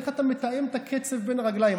איך אתה מתאם את הקצב בין הרגליים?